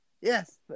Yes